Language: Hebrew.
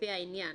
לפי העניין,